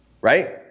right